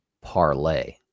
parlay